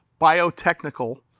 biotechnical